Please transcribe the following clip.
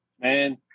Man